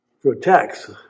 protects